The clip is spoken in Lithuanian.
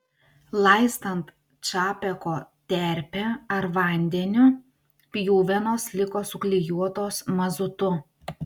laistant čapeko terpe ar vandeniu pjuvenos liko suklijuotos mazutu